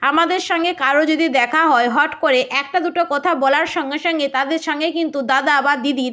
আমাদের সঙ্গে কারও যদি দেখা হয় হট করে একটা দুটো কথা বলার সঙ্গে সঙ্গে তাদের সঙ্গেই কিন্তু দাদা বা দিদির